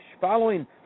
Following